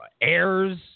heirs